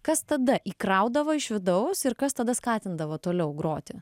kas tada įkraudavo iš vidaus ir kas tada skatindavo toliau groti